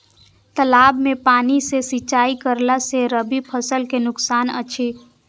तालाब के पानी सँ सिंचाई करला स रबि फसल के नुकसान अछि?